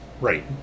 right